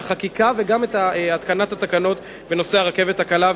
את החקיקה, וגם את התקנת התקנות בנושא הרכבת הקלה.